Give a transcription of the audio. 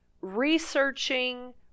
researching